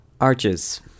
Arches